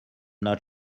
not